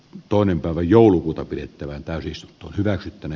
toinen päivä joulukuuta pidettävän tärkeys on hyväksytty ne